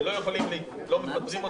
אלו אנשים שלא מפטרים אותם,